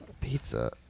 pizza